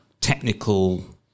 technical